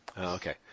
Okay